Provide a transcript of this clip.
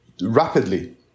rapidly